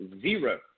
zero